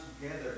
together